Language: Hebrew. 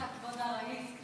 תודה לך, כבוד הראיס.